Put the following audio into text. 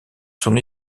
son